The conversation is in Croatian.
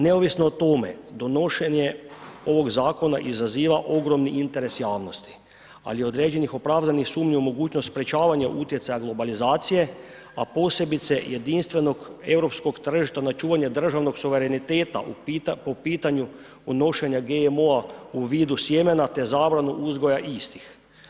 Neovisno o tome, donošenje ovog zakona izaziva ogroman interes javnosti, ali i određenih opravdanih sumnji u mogućnost sprječavanja utjecaja globalizacije, a posebice jedinstvenog europskog tržišta na čuvanje državnog suvereniteta po pitanju unošenja GMO-a u vidu sjemena te zabranu uzgoja istih.